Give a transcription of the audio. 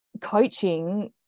coaching